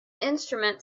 instrument